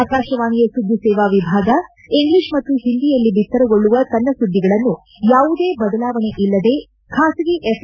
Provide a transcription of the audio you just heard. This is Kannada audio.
ಆಕಾಶವಾಣಿಯ ಸುದ್ಲಿಸೇವಾ ವಿಭಾಗ ಇಂಗ್ಲಿಷ್ ಮತ್ತು ಹಿಂದಿಯಲ್ಲಿ ಬಿತ್ತರಗೊಳ್ಳುವ ತನ್ನ ಸುಧ್ಲಿಗಳನ್ನು ಯಾವುದೇ ಬದಲಾವಣೆ ಇಲ್ಲದೆ ಖಾಸಗಿ ಎಫ್